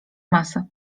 masy